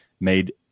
made